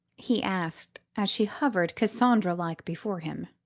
he asked, as she hovered cassandra-like before him.